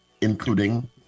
including